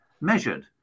measured